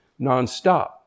nonstop